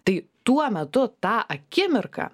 tai tuo metu tą akimirką